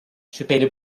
şüpheli